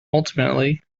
ultimately